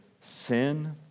sin